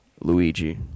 Luigi